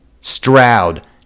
stroud